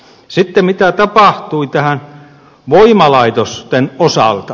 sitten mitä tapahtui voimalaitosten osalta